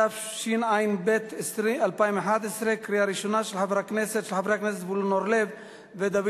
התשע"ב 2011, של חברי הכנסת זבולון אורלב ודוד